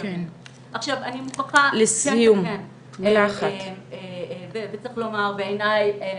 עכשיו אני מוכרחה לומר, בעיניי,